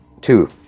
Two